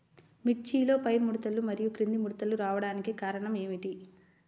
మిర్చిలో పైముడతలు మరియు క్రింది ముడతలు రావడానికి కారణం ఏమిటి?